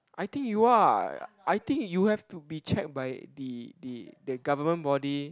I think you are I think you have to be check by the the the government body